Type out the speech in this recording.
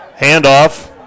Handoff